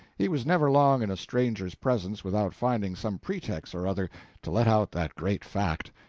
he was never long in a stranger's presence without finding some pretext or other to let out that great fact.